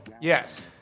Yes